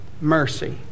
mercy